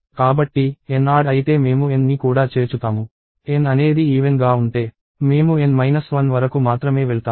కాబట్టి N odd అయితే మేము N ని కూడా చేర్చుతాము N అనేది ఈవెన్ గా ఉంటే మేము N 1 వరకు మాత్రమే వెళ్తాము